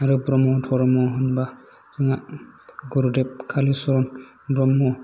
आरो ब्रह्म धर्म होनबा जोंना गुरुदेब कालिचरन ब्रह्म